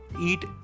eat